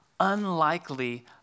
unlikely